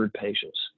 patients